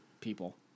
people